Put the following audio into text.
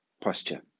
posture